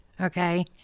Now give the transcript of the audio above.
Okay